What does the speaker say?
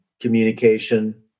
communication